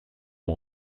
mon